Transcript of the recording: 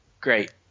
great